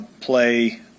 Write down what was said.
play